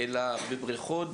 אלא בבריכות,